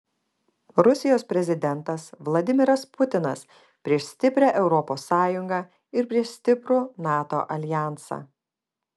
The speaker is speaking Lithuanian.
rusijos prezidentas vladimiras putinas prieš stiprią europos sąjungą ir prieš stiprų nato aljansą